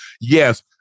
Yes